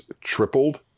tripled